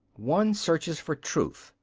one searches for truth,